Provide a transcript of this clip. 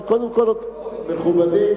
מכובדי,